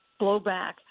blowback